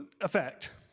effect